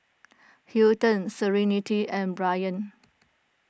Hilton Serenity and Bryan